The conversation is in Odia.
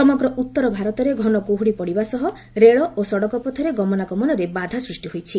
ସମଗ୍ର ଉତ୍ତର ଭାରତରେ ଘନ କୁହୁଡ଼ି ପଡ଼ିବା ସହ ରେଳ ଓ ସଡ଼କ ପଥରେ ଗମନାଗମନରେ ବାଧା ସୃଷ୍ଟି ହୋଇଛି